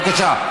בבקשה.